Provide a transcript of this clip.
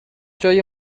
جای